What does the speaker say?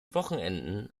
wochenenden